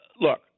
Look